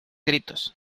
gritos